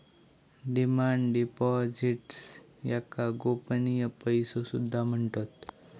demand deposits याका गोपनीय पैसो सुद्धा म्हणतत